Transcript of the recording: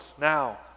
now